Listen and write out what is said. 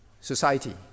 society